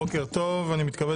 בוקר טוב לכולם,